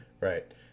Right